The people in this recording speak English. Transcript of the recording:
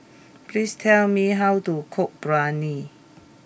please tell me how to cook Biryani